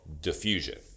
diffusion